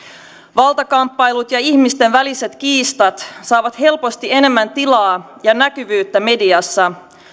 valtakamppailut ja ihmisten väliset kiistat saavat helposti enemmän tilaa ja näkyvyyttä mediassa